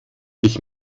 ich